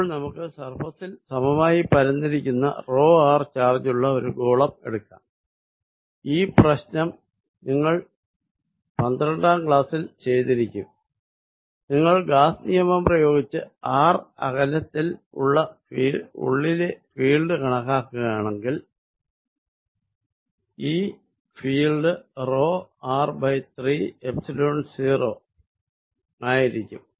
അപ്പോൾ നമുക്ക് സർഫേസ് ൽ സമമായി പരന്നിരിക്കുന്ന r ചാർജുള്ള ഒരു ഗോളം എടുക്കാം ഈ പ്രശനം നിങ്ങൾ 12 ആം ക്ലാസ്സിൽ ചെയ്തിരിക്കും നിങ്ങൾ ഗാസ് നിയമം പ്രയോഗിച്ച് r അകലത്തിൽ ഉള്ളിലെ ഫീൽഡ് കണക്കാക്കുകയാണെങ്കിൽ ഈ ഫീൽഡ് r 3 ൦ ആയിരിക്കും